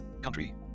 country